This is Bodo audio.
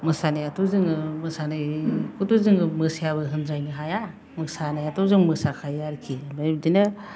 मोसानायाथ' जोङो मोसानायखौथ' जोङो मोसायाबो होन्द्रायनो हाया मोसानायाथ' जों मोसाखायो आरोखि ओमफ्राय बिदिनो